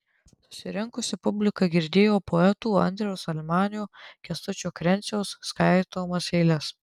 susirinkusi publika girdėjo poetų andriaus almanio kęstučio krenciaus skaitomas eiles